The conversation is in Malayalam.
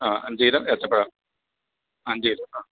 ആ അഞ്ച് കിലോ ഏത്തപ്പഴം അഞ്ച് കിലോ ആ